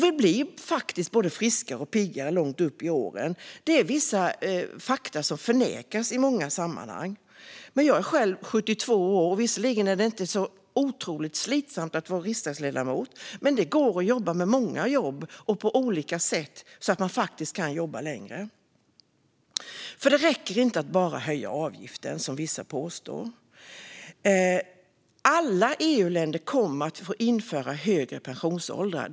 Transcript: Vi blir faktiskt både friskare och piggare långt upp i åren. Det är vissa fakta som förnekas i många sammanhang. Jag är själv 72 år. Visserligen är det inte så otroligt slitsamt att vara riksdagsledamot, men i många jobb och på olika sätt går det att jobba längre. Det räcker nämligen inte att bara höja avgiften, som vissa påstår. Alla EU-länder kommer att införa högre pensionsåldrar.